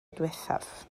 diwethaf